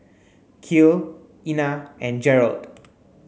Kiel Ena and Jerrold